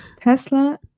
tesla